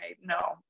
No